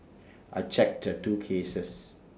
I checked the two cases